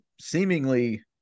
seemingly